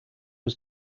was